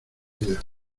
vida